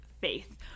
faith